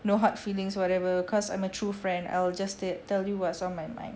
no hard feelings whatever cause I'm a true friend I'll just tell you what is on my mind